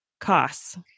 costs